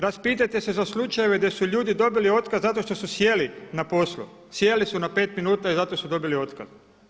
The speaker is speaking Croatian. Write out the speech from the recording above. Raspitajte se za slučajeve gdje su ljudi dobili otkaz zato što su sjeli na poslu, sjeli su na pet minuta i zato su dobili otkaz.